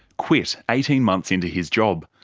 quit eighteen months into his job,